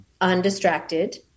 undistracted